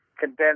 condense